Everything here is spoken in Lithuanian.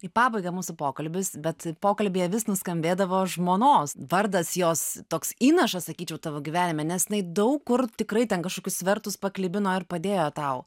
į pabaigą mūsų pokalbis bet pokalbyje vis nuskambėdavo žmonos vardas jos toks įnašas sakyčiau tavo gyvenime nes jinai daug kur tikrai ten kažkokius svertus paklibino ar padėjo tau